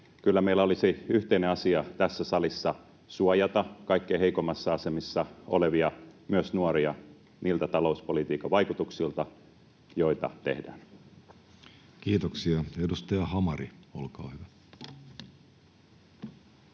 Kyllä meillä olisi yhteinen asia tässä salissa suojata kaikkein heikoimmassa asemissa olevia, myös nuoria, sen talouspolitiikan vaikutuksilta, jota tehdään. Kiitoksia. — Edustaja Hamari, olkaa hyvä.